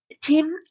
Tim